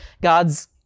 God's